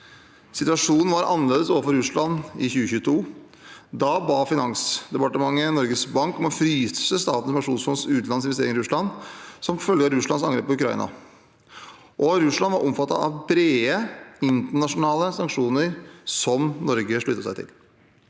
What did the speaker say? Situasjonen var annerledes overfor Russland i 2022. Da ba Finansdepartementet Norges Bank om å fryse Statens pensjonsfond utlands investeringer i Russland som følge av Russlands angrep på Ukraina. Russland var omfattet av brede, internasjonale sanksjoner som Norge sluttet seg til.